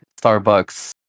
Starbucks